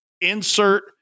insert